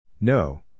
No